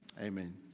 Amen